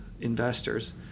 investors